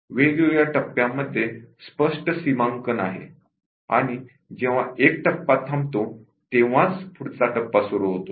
वेगवेगळ्या टप्प्यामध्ये स्पष्ट सीमांकन आहे आणि जेव्हा एक टप्पा थांबतो तेव्हाच पुढचा टप्पा सुरू होतो